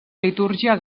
litúrgia